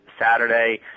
Saturday